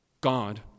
God